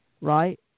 right